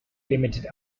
limited